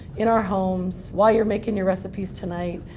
in our homes, while you're making your recipes tonight.